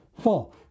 four